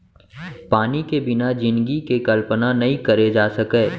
पानी के बिना जिनगी के कल्पना नइ करे जा सकय